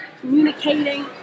communicating